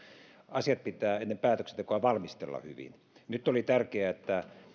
asiat pitää ennen päätöksentekoa valmistella hyvin nyt oli tärkeää että